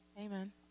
Amen